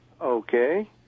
Okay